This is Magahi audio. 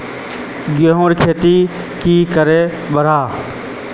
गेंहू खेती की करे बढ़ाम?